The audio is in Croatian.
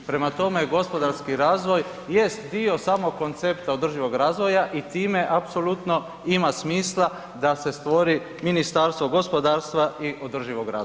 Prema tome, gospodarski razvoj jest dio samog koncepta održivog razvoja i time apsolutno ima smisla da se stvori Ministarstvo gospodarstva i održivog razvoja.